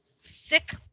sick